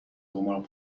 قمار